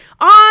On